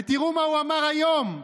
ותראו מה הוא אמר היום: